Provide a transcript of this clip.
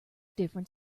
different